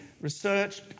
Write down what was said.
research